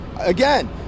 again